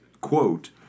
quote